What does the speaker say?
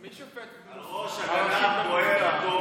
על ראש הגנב בוער הכובע.